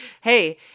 Hey